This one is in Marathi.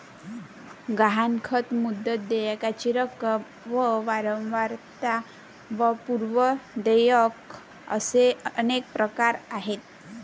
गहाणखत, मुदत, देयकाची रक्कम व वारंवारता व पूर्व देयक असे अनेक प्रकार आहेत